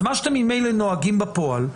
מה שאתם ממילא נוהגים בפועל,